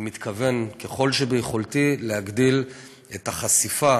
ומתכוון ככל שביכולתי להגדיל את החשיפה